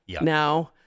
now